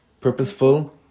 Purposeful